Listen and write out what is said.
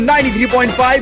93.5